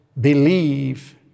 believe